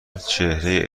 چهره